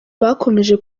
bakomeje